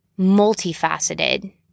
multifaceted